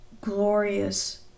glorious